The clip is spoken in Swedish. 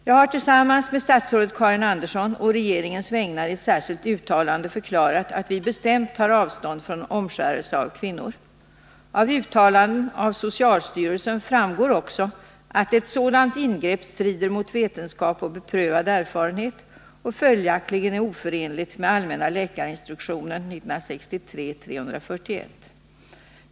Jag har tillsammans med statsrådet Karin Andersson på regeringens vägnar i särskilt uttalande förklarat att vi bestämt tar avstånd från omskärelse av kvinnor. Av uttalanden av socialstyrelsen framgår också att ett sådant ingrepp strider mot vetenskap och beprövad erfarenhet och följaktligen är oförenligt med allmänna läkarinstruktionen .